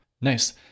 Nice